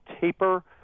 taper